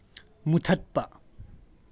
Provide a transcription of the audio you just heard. ꯃꯨꯊꯠꯄ